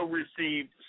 received